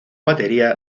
batería